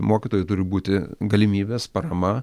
mokytojui turi būti galimybės parama